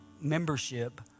membership